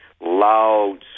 loud